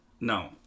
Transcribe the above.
No